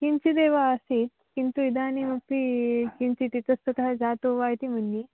किञ्चिदेव आसीत् किन्तु इदानीमपी किञ्चित् इतस्ततः जातो वा इति मन्ये